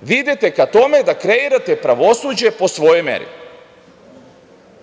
vi idete ka tome da kreirate pravosuđe po svojoj meri. Ja